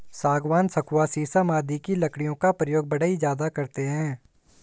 सागवान, सखुआ शीशम आदि की लकड़ियों का प्रयोग बढ़ई ज्यादा करते हैं